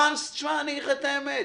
אגיד לך את האמת,